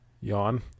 Yawn